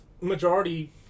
majority